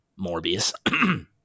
Morbius